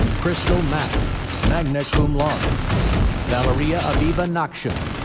crystal mak, magna cum laude valeriya aviva nakshun,